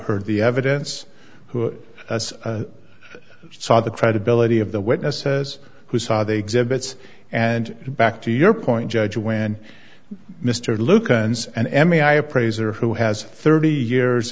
heard the evidence who saw the credibility of the witnesses who saw the exhibits and back to your point judge when mr lukens an emmy i appraiser who has thirty years